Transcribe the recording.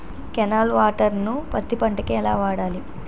Canal water ను పత్తి పంట కి ఎలా వాడాలి?